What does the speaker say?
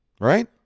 Right